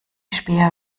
späher